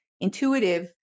intuitive